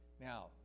Now